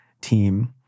team